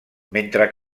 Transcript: mentre